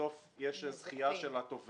ובסוף יש זכייה של התובע,